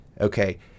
Okay